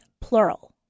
plural